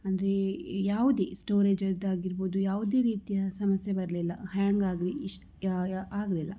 ಅಂದರೆ ಈ ಯಾವುದೇ ಸ್ಟೋರೇಜದ್ದಾಗಿರಬಹುದು ಯಾವುದೇ ರೀತಿಯ ಸಮಸ್ಯೆ ಬರಲಿಲ್ಲ ಹ್ಯಾಂಗ್ ಆಗಲಿ ಇಶ್ ಆಗಲಿಲ್ಲ